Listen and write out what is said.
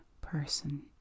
person